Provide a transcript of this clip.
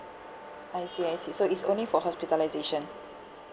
I see I see so it's only for hospitalisation